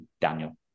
Daniel